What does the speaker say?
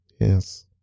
Yes